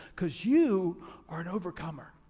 cause you are an overcomer,